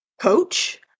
coach